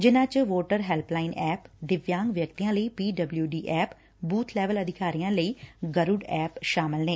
ਜਿਨ੍ਹਾਂ ਵਿਚ voter helpline app ਦਿਵਿਆਂਗ ਵਿਅਕਤੀਆਂ ਲਈ P W D app booth level ਅਧਿਕਾਰੀਆ ਲਈ ਗਰੁਡ ਐਪ ਸ਼ਾਮਲ ਐ